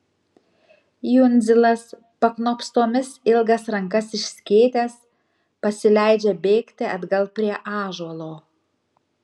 jundzilas paknopstomis ilgas rankas išskėtęs pasileidžia bėgti atgal prie ąžuolo